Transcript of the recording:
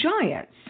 Giants